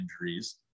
injuries